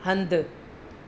हंधु